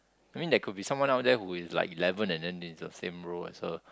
I mean there could be someone out there who is like eleven and then in the same row as her